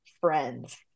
friends